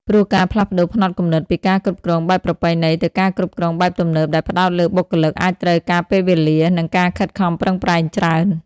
ព្រោះការផ្លាស់ប្តូរផ្នត់គំនិតពីការគ្រប់គ្រងបែបប្រពៃណីទៅការគ្រប់គ្រងបែបទំនើបដែលផ្តោតលើបុគ្គលិក អាចត្រូវការពេលវេលា និងការខិតខំប្រឹងប្រែងច្រើន។